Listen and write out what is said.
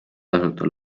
tasuta